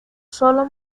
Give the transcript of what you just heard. solo